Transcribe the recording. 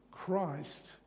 Christ